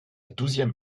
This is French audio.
douzième